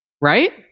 right